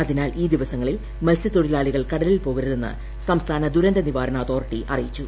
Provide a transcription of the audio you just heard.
അതിനാൽ ഈ ദിവസങ്ങളിൽ മത്സ്യത്തൊഴിലാളികൾ കടലിൽ പോകരുതെന്ന് സംസ്ഥാന ദുരന്ത നിവാരണ അതോറിറ്റി അറിയിച്ചു